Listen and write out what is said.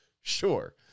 Sure